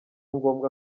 ngombwa